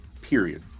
period